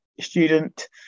student